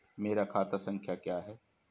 मेरा खाता संख्या क्या है?